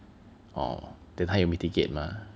orh then 他有 mitigate mah